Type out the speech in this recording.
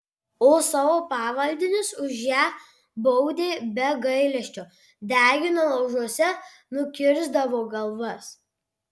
o savo pavaldinius už ją baudė be gailesčio degino laužuose nukirsdavo galvas